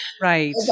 Right